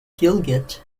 gilgit